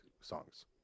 songs